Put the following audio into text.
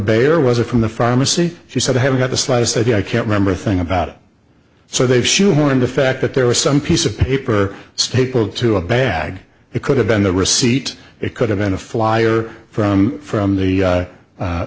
bayer was or from the pharmacy she said i haven't got the slightest idea i can't remember a thing about it so they've shoehorned the fact that there was some piece of paper stapled to a bag it could have been the receipt it could have been a flyer from from the